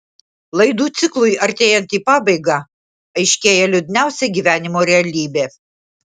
laidų ciklui artėjant į pabaigą aiškėja liūdniausia gyvenimo realybė